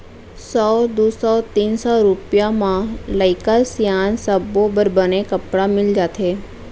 सौ, दू सौ, तीन सौ रूपिया म लइका सियान सब्बो बर बने कपड़ा मिल जाथे